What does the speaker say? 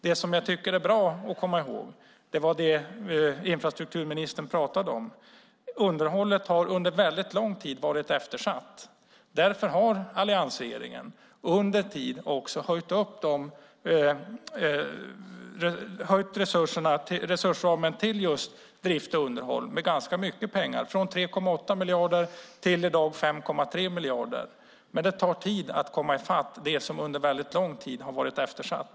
Det är bra att komma ihåg det infrastrukturministern talade om. Underhållet har under väldigt lång tid varit eftersatt. Därför har alliansregeringen under tiden också höjt resursramen för drift och underhåll med ganska mycket pengar - man har gått från 3,8 miljarder till i dag 5,3 miljarder - men det tar tid att komma i fatt med något som under väldigt lång tid har varit eftersatt.